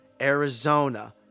Arizona